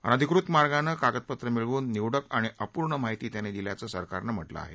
अनाधिकृत मार्गानं कागदपत्रं मिळवून निवडक आणि अपूर्ण माहिती त्यांनी दिल्याचं सरकारनं म्हटलं आहे